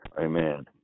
amen